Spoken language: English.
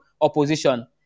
opposition